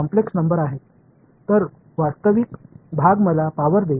எனவே உண்மையான பகுதி எனக்கு சக்தியைத் தரப்போகிறது